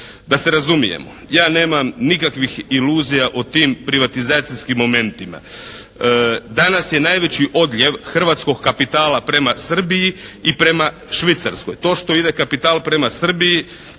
Da se razumijemo, ja nemam nikakvih iluzija o tim privatizacijskim momentima. Danas je najveći odljev hrvatskog kapitala prema Srbiji i prema Švicarskoj. To što ide kapital prema Srbiji